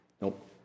Nope